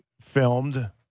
filmed